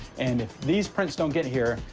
and if these prints don't get here,